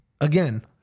again